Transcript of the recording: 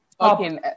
okay